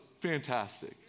fantastic